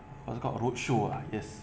what's called roadshow ah yes